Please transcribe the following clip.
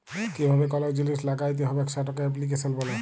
কিভাবে কল জিলিস ল্যাগ্যাইতে হবেক সেটকে এপ্লিক্যাশল ব্যলে